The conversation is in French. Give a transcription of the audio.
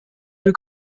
deux